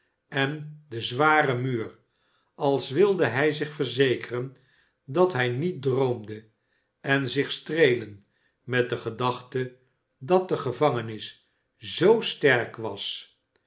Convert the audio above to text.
en den zwaren muur als wilde hij zich verzekeren dat hij niet droomde en zich streelen met de gedachte dat de gevangenis zoo sterk was